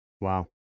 Wow